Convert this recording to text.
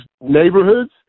neighborhoods